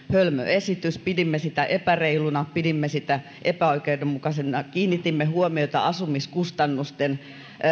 esitys pidimme sitä epäreiluna pidimme sitä epäoikeudenmukaisena ja kiinnitimme huomiota asumiskustannusten